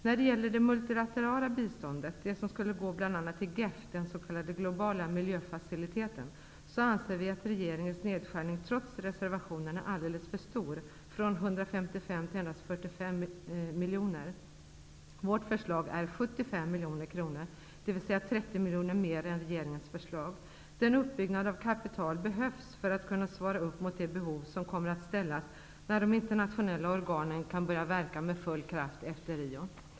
När det gäller det multilaterala biståndet, det som skulle gå bl.a. till GEF, den s.k, globala miljöfaciliteten, anser vi att regeringens nedskärning trots reservationen är alldeles för stor, från 155 miljoner till endast 45. Vårt förslag är 75 miljoner kronor, dvs. 30 miljoner kronor mer än regeringens förslag. Den uppbyggnaden av kapital behövs för att kunna svara upp emot de behov som kommer att ställas när de internationella organen kan börja verka med full kraft efter Rio.